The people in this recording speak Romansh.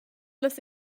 las